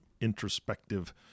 introspective